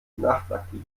nachtaktiv